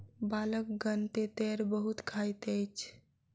बालकगण तेतैर बहुत खाइत अछि